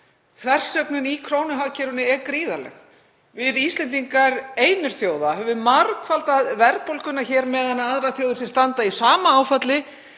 Þversögnin í krónuhagkerfinu er gríðarleg. Við Íslendingar einir þjóða höfum margfaldað verðbólguna hér á meðan aðrar þjóðir, sem lent hafa í sama áfalli,